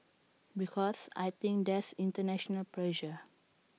because I think there's International pressure